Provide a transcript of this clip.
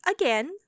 again